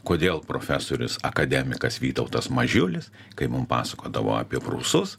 kodėl profesorius akademikas vytautas mažiulis kai mum pasakodavo apie prūsus